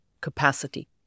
capacity